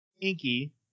Inky